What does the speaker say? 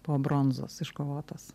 po bronzos iškovotos